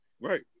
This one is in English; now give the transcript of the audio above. Right